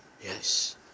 yes